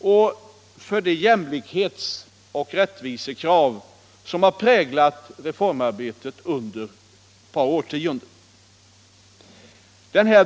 och för de jämlikhetsoch rättvisekrav som har präglat retormarbetet under ett par årtionden.